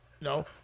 No